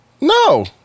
No